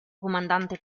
comandante